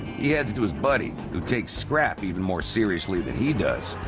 he heads to his buddy who takes scrap even more seriously than he does.